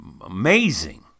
amazing